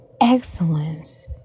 excellence